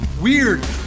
weird